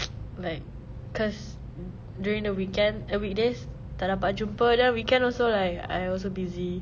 like cause during the weekends err weekdays tak dapat jumpa then weekend also like I also busy